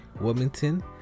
Wilmington